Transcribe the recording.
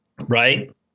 Right